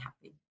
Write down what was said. happy